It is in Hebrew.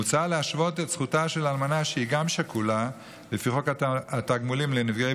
מוצע להשוות את זכותה של האלמנה שהיא גם שכולה לפי חוק התגמולים לנפגעי